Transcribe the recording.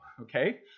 Okay